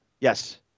Yes